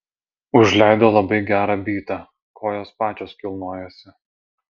užleido labai gerą bytą kojos pačios kilnojasi